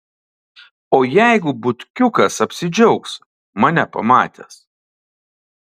o jeigu butkiukas apsidžiaugs mane pamatęs